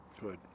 Good